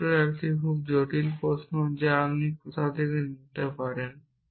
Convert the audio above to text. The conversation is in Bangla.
অবশ্যই একটি খুব জটিল প্রশ্ন যা আপনি কোনও দিকে যেতে পারেন